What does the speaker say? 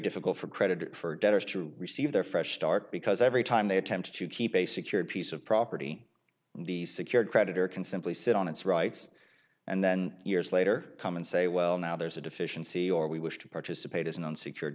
difficult for credit for debtors to receive their fresh start because every time they attempt to keep a secured piece of property the secured creditor can simply sit on its rights and then years later come and say well now there's a deficiency or we wish to participate as an unsecured